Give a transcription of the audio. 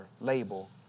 label